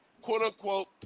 quote-unquote